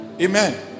Amen